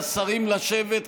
השרים, לשבת.